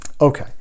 Okay